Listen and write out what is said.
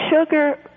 sugar